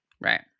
Right